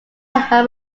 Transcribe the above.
have